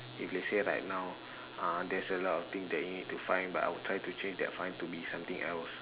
if let's say right now ah there's a lot of things that you need to fine but I will try to change that fine to be something else